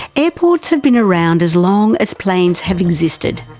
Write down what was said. airports have been around as long as planes have existed.